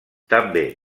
també